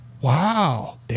Wow